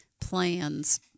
plans